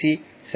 C D